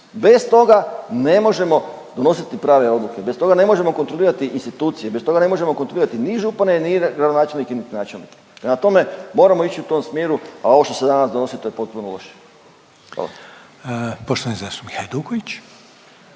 Bez toga ne možemo donositi prave odluke. Bez toga ne možemo kontrolirati institucije. Bez toga ne možemo kontrolirati ni župane, ni gradonačelnike niti načelnike. Prema tome moramo ići u tom smjeru, a ovo što se danas donosi to je potpuno loše. Evo. **Reiner, Željko